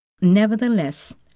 Nevertheless